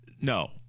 No